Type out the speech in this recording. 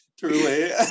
Truly